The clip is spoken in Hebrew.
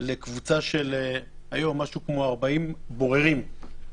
לקבוצה של כ-40 בוררים,